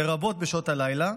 לרבות בשעות הלילה,